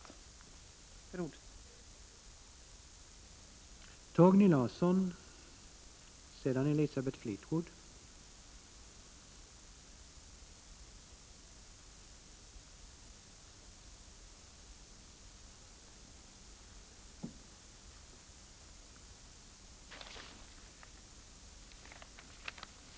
Tack för ordet.